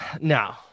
no